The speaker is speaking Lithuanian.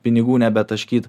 pinigų nebetaškyt